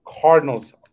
Cardinals